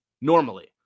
normally